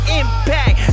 impact